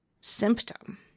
symptom